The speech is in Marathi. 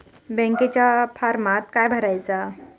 बँकेच्या फारमात काय भरायचा?